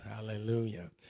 Hallelujah